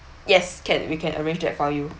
yes can we can arrange that for you